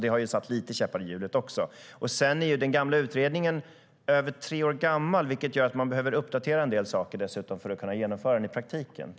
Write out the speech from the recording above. Det har också satt käppar i hjulet.